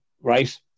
right